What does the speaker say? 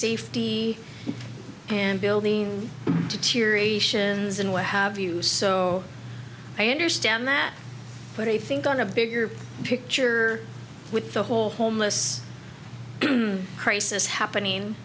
safety and building deteriorations and what have you so i understand that but i think on a bigger picture with the whole homeless crisis happening